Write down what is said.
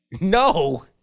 No